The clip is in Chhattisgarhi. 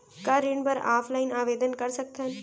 का ऋण बर ऑफलाइन आवेदन कर सकथन?